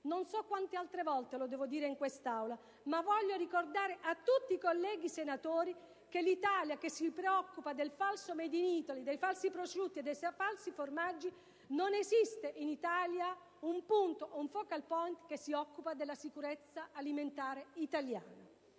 Non so quante altre volte l'ho già detto in quest'Aula, ma voglio ricordare a tutti i colleghi senatori che in Italia, dove ci si preoccupa del falso *made in Italy*, dei falsi prosciutti e dei falsi formaggi, non esiste un *focal point* sulla sicurezza alimentare italiana.